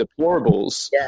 deplorables